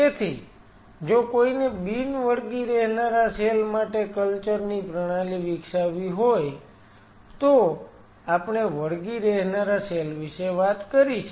તેથી જો કોઈને બિન વળગી રહેનારા સેલ માટે કલ્ચર ની પ્રણાલી વિકસાવવી હોય તો આપણે વળગી રહેનારા વિશે વાત કરી છે